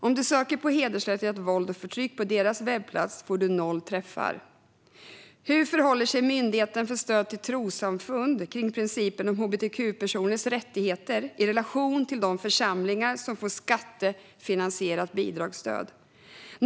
Om du söker på hedersrelaterat våld och förtryck på deras webbplats får du noll träffar. Hur förhåller sig Myndigheten för stöd till trossamfund till principen om hbtq-personers rättigheter i relation till de församlingar som får skattefinansierat bidragsstöd?